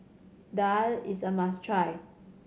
daal is a must try